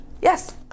Yes